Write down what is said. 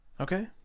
Okay